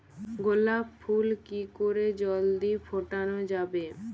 গোলাপ ফুল কি করে জলদি ফোটানো যাবে?